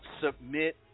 submit